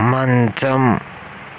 మంచం